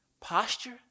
posture